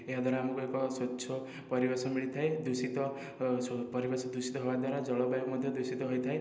ଏହାଦ୍ୱାରା ଆମକୁ ଏକ ସ୍ୱଚ୍ଛ ପରିବେଶ ମିଳିଥାଏ ଦୂଷିତ ପରିବେଶ ଦୂଷିତ ହେବା ଦ୍ୱାରା ଜଳବାୟୁ ମଧ୍ୟ ଦୂଷିତ ହୋଇଥାଏ